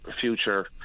future